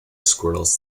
squirrels